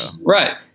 Right